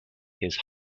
his